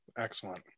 Excellent